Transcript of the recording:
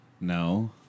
No